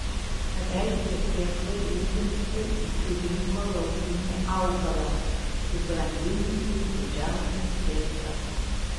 kadaise sėklai ūkininkai išsirinko laukinį augalą subrandinusį didžiausias sėklas